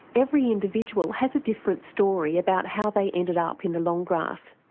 every individual has a different story about how they ended up in the long grass,